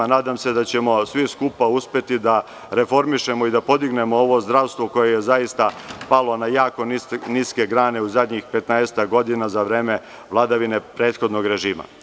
Nadam se da ćemo svi skupa uspeti da reformišemo i podignemo ovo zdravstvo koje je zaista palo na jako niske grane u zadnjih 15-ak godina, a za vreme vladavine prethodnog režima.